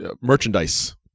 merchandise